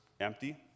empty